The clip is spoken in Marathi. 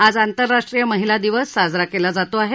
आज आंतरराष्ट्रीय महिला दिवस साजरा केला जात आहे